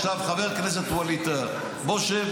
עכשיו, חבר הכנסת ווליד טאהא, בוא שב.